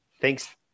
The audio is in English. thanks